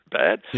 bad